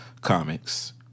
comics